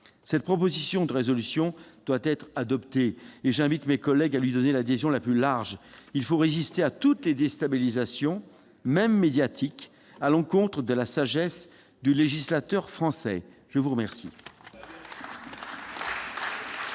Cette proposition de résolution doit être adoptée. J'invite mes collègues à lui donner l'adhésion la plus large. Il faut résister à toutes les déstabilisations, même médiatiques, à l'encontre de la sagesse du législateur français ! La parole